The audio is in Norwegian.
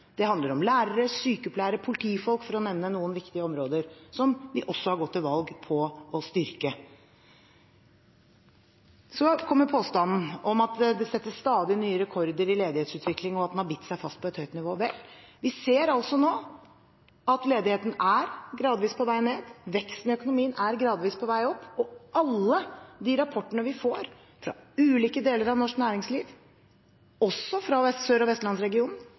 Det handler om lærere, sykepleiere, politifolk, for å nevne noen viktige områder som vi også har gått til valg på å styrke. Så kommer påstanden om at det settes stadig nye rekorder i ledighetsutviklingen, og at den har bitt seg fast på et høyt nivå. Vi ser nå at ledigheten er gradvis på vei ned, at veksten i økonomien er gradvis på vei opp, og alle de rapportene vi får – fra ulike deler av norsk næringsliv, også fra Sør- og Vestlandsregionen